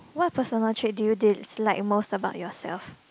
what personal trait do you dislike most about yourself